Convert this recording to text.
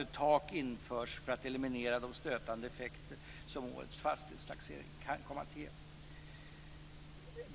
Ett tak skall införas för att eliminera de stötande effekter som årets fastighetstaxering kan komma att